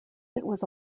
was